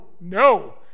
no